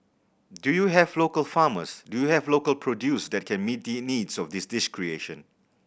do you have local farmers do you have local produce that can meet the needs of this dish creation